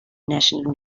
national